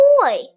boy